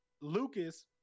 Lucas